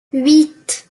huit